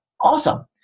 awesome